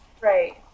Right